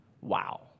wow